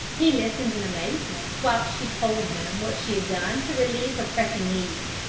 he listened in amazement whilst she told him what she had done to relieve her pressing needs.